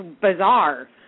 bizarre